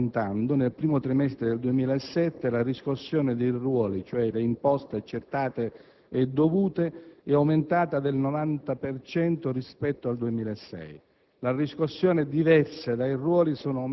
Anche l'efficienza della riscossione sta aumentando: nel primo trimestre del 2007 la riscossione dei ruoli, cioè le imposte accertate e dovute, è aumentata del 90 per cento rispetto al 2006;